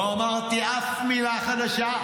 לא אמרתי אף מילה חדשה,